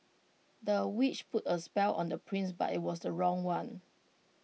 the witch put A spell on the prince but IT was the wrong one